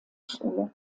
schule